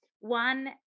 one